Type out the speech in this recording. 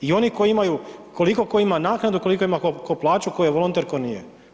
I oni koji imaju, koliko ko ima naknadu, koliko ima ko plaću, ko je volonter, ko nije.